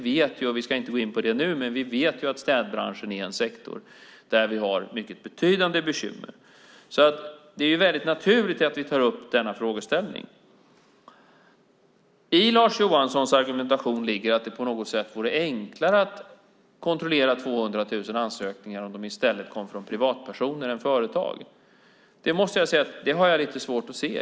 Vi ska inte gå in på det nu, men vi vet att vi har mycket betydande bekymmer i städsektorn. Det är naturligt att vi tar upp den här frågan. I Lars Johanssons argumentation ligger att det skulle vara enklare att kontrollera 200 000 ansökningar om de kom från privatpersoner i stället för från företag. Det har jag lite svårt att se.